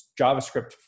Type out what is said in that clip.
JavaScript